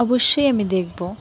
অবশ্যই আমি দেখব